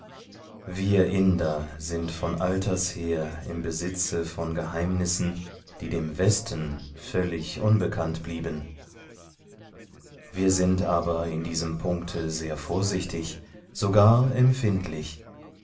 wir inder sind von alters her im besitze von geheimnissen die dem westen völlig unbekannt blieben wir sind aber in diesem punkte sehr vorsichtig sogar empfindlich